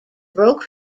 broke